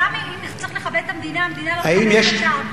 גם אם צריך לכבד את המדינה, המדינה לא מכבדת אותם.